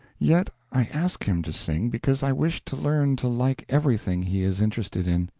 yet i ask him to sing, because i wish to learn to like everything he is interested in.